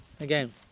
Again